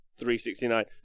369